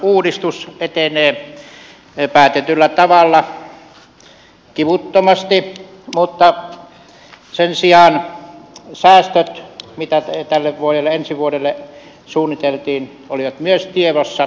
puolustusvoimauudistus etenee päätetyllä tavalla kivuttomasti mutta myös säästöt mitä ensi vuodelle suunniteltiin olivat tiedossa